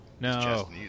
No